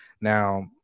Now